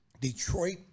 Detroit